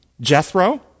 Jethro